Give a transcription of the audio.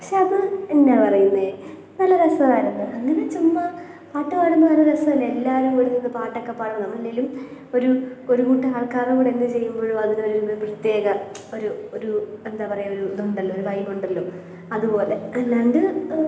ശെ അത് എന്താ പറയുന്നത് നല്ല രസമായിരുന്നു അങ്ങനെ ചുമ്മാ പാട്ട് പാടുന്നൊരു രസമല്ലേ എല്ലാവരും കൂടി നിന്നു പാട്ടൊക്കെ പാടണം അല്ലെങ്കിലും ഒരു ഒരു കൂട്ടം ആൾക്കാരുടെ കൂടെ എന്തു ചെയ്യുമ്പോഴും അതിനൊരു പ്രത്യേക ഒരു ഒരു എന്താ പറയുക ഒരു ഇതുണ്ടല്ലോ ഒരു വൈബുണ്ടല്ലോ അതു പോലെ അല്ലാണ്ട്